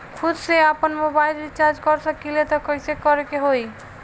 खुद से आपनमोबाइल रीचार्ज कर सकिले त कइसे करे के होई?